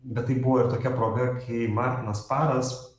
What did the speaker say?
bet tai buvo ir tokia proga kai martinas paras